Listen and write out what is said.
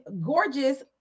gorgeous